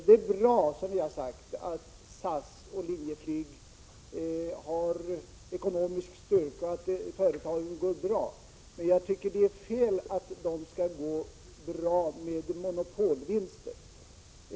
Det är bra att SAS och Linjeflyg har ekonomisk styrka, att företagen går bra, men det är fel att de skall gå bra med monopolvinster.